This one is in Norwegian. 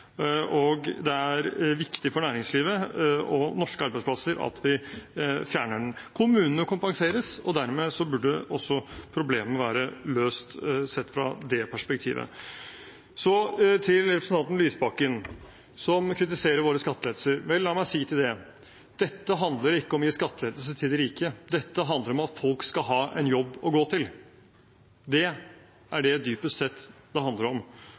seg. Det er viktig for næringslivet og for norske arbeidsplasser at vi fjerner den. Kommunene kompenseres, og dermed burde problemet være løst, sett fra det perspektivet. Så til representanten Lysbakken, som kritiserer våre skattelettelser. Vel, la meg si til det: Dette handler ikke om å gi skattelettelser til de rike, dette handler om at folk skal ha en jobb å gå til. Det er det det dypest sett handler om.